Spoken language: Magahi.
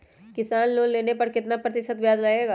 किसान लोन लेने पर कितना प्रतिशत ब्याज लगेगा?